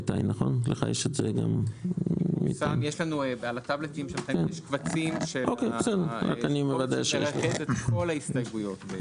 יש לנו קובץ שמרכז את כל ההסתייגויות.